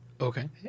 Okay